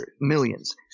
millions –